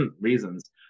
reasons